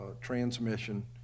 transmission